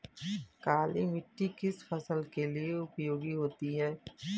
काली मिट्टी किस फसल के लिए उपयोगी होती है?